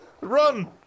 run